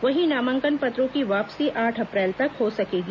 वहीं नामांकन पत्रों की वापसी आठ अप्रैल तक हो सकेगी